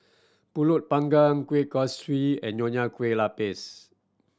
Pulut Panggang Kueh Kaswi and Nonya Kueh Lapis